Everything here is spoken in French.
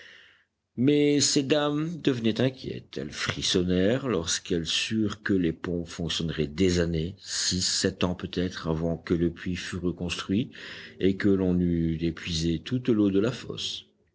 mais ces dames devenaient inquiètes elles frissonnèrent lorsqu'elles surent que les pompes fonctionneraient des années six sept ans peut-être avant que le puits fût reconstruit et que l'on eût épuisé toute l'eau de la fosse